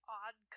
odd